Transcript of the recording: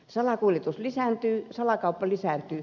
salakuljetus lisääntyy salakauppa lisääntyy